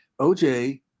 OJ